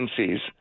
agencies